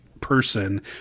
person